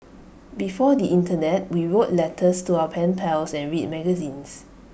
before the Internet we wrote letters to our pen pals and read magazines